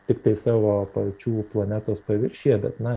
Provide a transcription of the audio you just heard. tiktai savo pačių planetos paviršiuje bet na